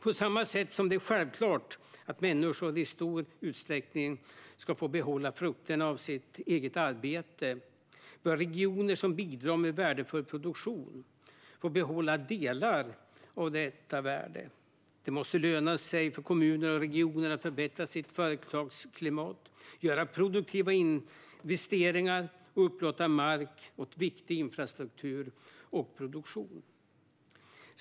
På samma sätt som det är självklart att människor i stor utsträckning ska få behålla frukterna av sitt eget arbete bör regioner som bidrar med värdefull produktion få behålla delar av detta värde. Det måste löna sig för kommuner och regioner att förbättra sitt företagsklimat, göra produktiva investeringar och upplåta mark åt viktig infrastruktur och produktion.